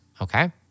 Okay